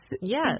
Yes